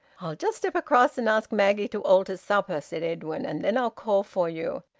i'll just step across and ask maggie to alter supper, said edwin, and then i'll call for you.